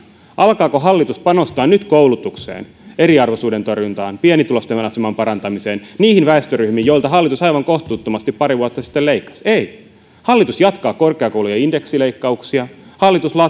alkaako hallitus panostaa nyt koulutukseen eriarvoisuuden torjuntaan pienituloisten aseman parantamiseen niihin väestöryhmiin joilta hallitus aivan kohtuuttomasti pari vuotta sitten leikkasi ei hallitus jatkaa korkeakoulujen indeksileikkauksia hallitus